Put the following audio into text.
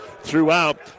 throughout